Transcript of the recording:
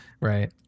Right